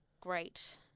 great